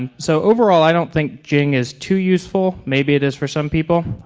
and so overall i don't think jing is too useful. maybe it is for some people.